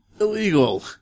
illegal